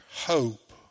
hope